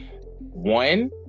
One